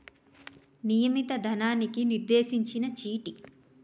నియమిత ధనానికి నిర్దేశించిన చీటీ